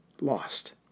lost